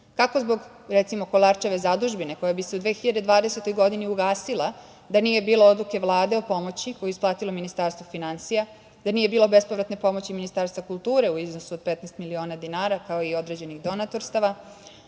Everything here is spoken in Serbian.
kako zbog Kolarčeve zadužbine koja bi se u 2020. godini ugasila da nije bilo odluke Vlade o pomoći koju je isplatilo Ministarstvo finansija, da nije bilo bespovratne pomoći Ministarstva kulture u iznosu od 15 miliona dinara, kao i određenih donatorstava,